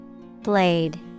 Blade